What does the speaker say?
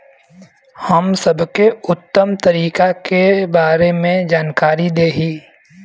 हम सबके उत्तम तरीका के बारे में जानकारी देही?